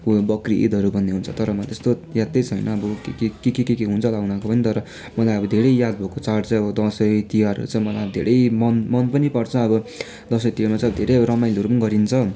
बकरी इदहरू भन्ने हुन्छ त्यस्तो यादै छैन अब के के के के के हुन्छ होला उनीहरूको पनि तर मलाई अब धेरै याद भएको चाहिँ अब चाड चाहिँ अब दसैँ तिहार चाहिँ मलाई धेरै मन पनि पर्छ अब दसैँतिहारमा चाहिँ धेरै अब रमाइलोहरू पनि गरिन्छ